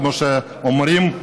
כמו שאומרים,